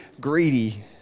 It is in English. greedy